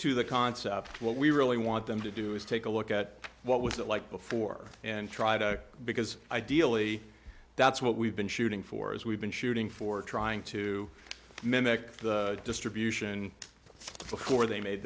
to the concept what we really want them to do is take a look at what was it like before and try to because ideally that's what we've been shooting for as we've been shooting for trying to mimic the distribution before they made